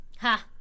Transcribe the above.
Ha